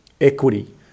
equity